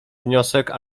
wniosek